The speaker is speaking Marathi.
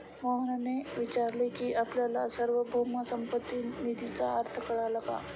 मोहनने विचारले की आपल्याला सार्वभौम संपत्ती निधीचा अर्थ कळला का?